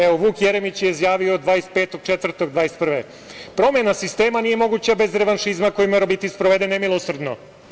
Evo, Vuk Jeremić je izjavio 25.04.2021. godine: "Promena sistema nije moguća bez revanšizma koji mora biti sproveden nemilosrdno.